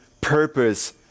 purpose